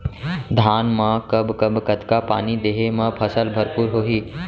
धान मा कब कब कतका पानी देहे मा फसल भरपूर होही?